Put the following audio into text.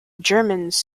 germans